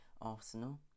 Arsenal